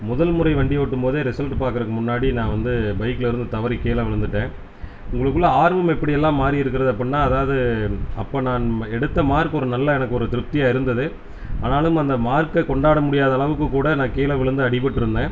முதல் முறை வண்டி ஓட்டும்போது ரிசல்ட் பார்க்குறதுக்கு முன்னாடி நான் வந்து பைக்லேருந்து தவறி கீழ விழுந்துவிட்டேன் உங்களுக்குள்ள ஆர்வம் எப்படியெல்லாம் மாறிருக்கிறது அப்புடின்னா அதாவது அப்போ நான் எடுத்த மார்க் ஒரு நல்ல எனக்கு ஒரு நல்ல திருப்தியாக இருந்தது ஆனாலும் அந்த மார்க்கை கொண்டாட முடியாதளவுக்கு கூட நான் கீழே விழுந்து அடிபட்டிருந்தேன்